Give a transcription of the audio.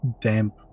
damp